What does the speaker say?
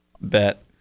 Bet